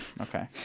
okay